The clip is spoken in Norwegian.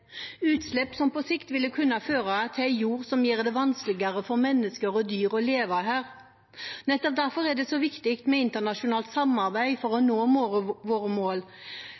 utslipp som på sikt ville kunne føre til en jord som gjør det vanskelig for mennesker og dyr å leve her. Nettopp derfor er det så viktig med internasjonalt samarbeid for å nå våre